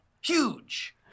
Huge